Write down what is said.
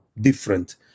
different